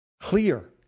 Clear